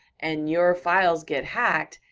and your files get hacked,